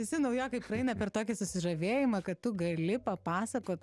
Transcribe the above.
visi naujokai praeina per tokį susižavėjimą kad tu gali papasakot